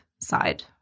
side